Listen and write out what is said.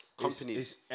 Companies